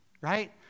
Right